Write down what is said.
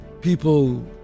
people